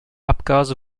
abgase